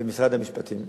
במשרד המשפטים לבד.